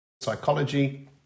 psychology